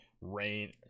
rain